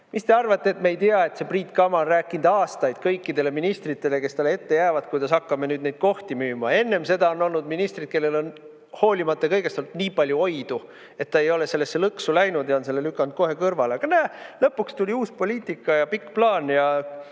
Mis te arvate, et me ei tea, et see Priit Kama on rääkinud aastaid kõikidele ministritele, kes talle ette jäävad, kuidas hakkame nüüd neid kohti müüma. Enne seda on olnud ministreid, kellel on hoolimata kõigest olnud nii palju oidu, et nad ei ole sellesse lõksu läinud ja on lükanud selle kohe kõrvale. Aga näe, lõpuks tuli uus poliitika ja pikk plaan –